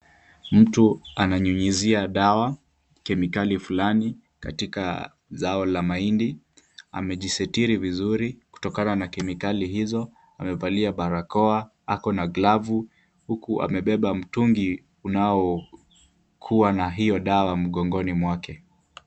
Mtu ananyunyuzia dawa, kemikali fulani katika zao la mahindi, amejisitiri vizuri kutokana na kemikali hizo, amevalia barakoa, ako na glavu huku amebeba mtungi unaokuwa na hiyo dawa mgongoni mwake.